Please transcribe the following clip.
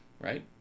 Right